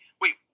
Wait